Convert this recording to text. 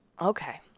Okay